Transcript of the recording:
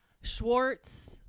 Schwartz